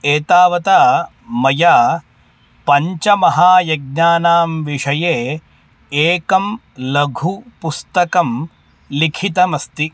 एतावता मया पञ्चमहायज्ञानां विषये एकं लघु पुस्तकं लिखितमस्ति